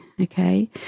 okay